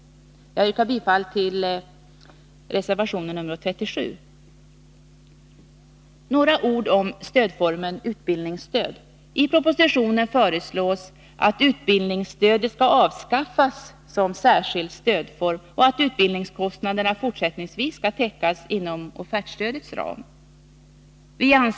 Jag yrkar därför bifall till reservation 37. Några ord om stödformen utbildningsstöd. I propositionen föreslås att utbildningstödet skall avskaffas som särskild stödform och att utbildningskostnaderna fortsättningsvis skall täckas inom offertstödets ram.